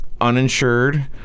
uninsured